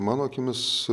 mano akimis